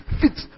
Fit